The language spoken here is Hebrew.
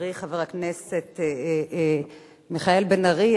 חברי חבר הכנסת מיכאל בן-ארי,